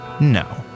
no